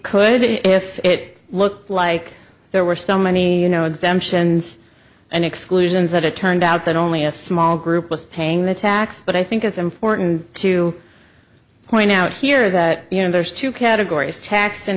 could be if it looked like there were so many you know exemptions and exclusions that it turned out that only a small group was paying the tax but i think it's important to point out here that you know there's two categories tax and